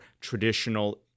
traditional